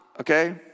okay